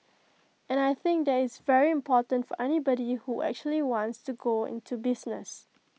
and I think that is very important for anybody who actually wants to go into business